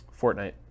fortnite